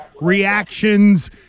reactions